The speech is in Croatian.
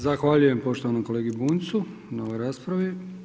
Zahvaljujem poštovanom kolegi Bunjcu na ovoj raspravi.